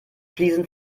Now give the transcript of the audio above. fliesen